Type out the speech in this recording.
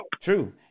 True